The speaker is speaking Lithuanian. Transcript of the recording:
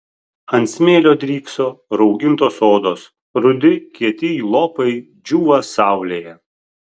ant smėlio drykso raugintos odos rudi kieti jų lopai džiūva saulėje